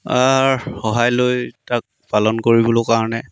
সহায় লৈ তাক পালন কৰিবলৈ কাৰণে